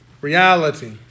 reality